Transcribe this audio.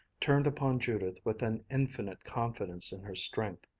turned upon judith with an infinite confidence in her strength.